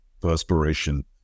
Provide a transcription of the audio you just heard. perspiration